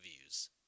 views